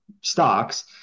stocks